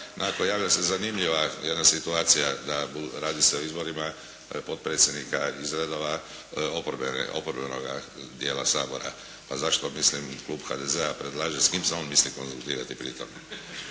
… javlja se zanimljiva jedna situacija, radi se o izborima potpredsjednika iz redova oporbenoga dijela Sabora, pa zašto mislim klub HDZ-a predlaže s kim se on misli konzultirati pritom